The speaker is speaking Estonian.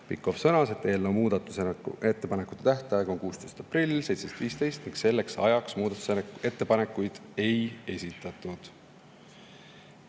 Pikhof sõnas, et eelnõu muudatusettepanekute tähtaeg oli 16. aprill kell 17.15 ja selleks ajaks muudatusettepanekuid ei esitatud.